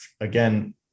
again